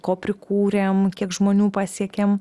ko prikūrėm kiek žmonių pasiekėm